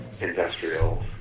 industrial